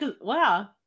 Wow